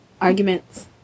arguments